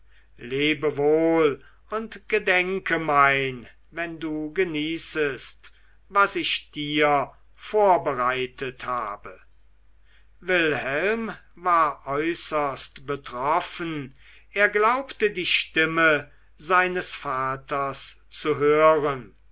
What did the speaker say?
lebe wohl und gedenke mein wenn du genießest was ich dir vorbereitet habe wilhelm war äußerst betroffen er glaubte die stimme seines vaters zu hören